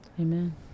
Amen